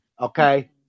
Okay